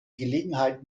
gelegenheit